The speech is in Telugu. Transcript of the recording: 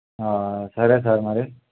సరే సార్ మరి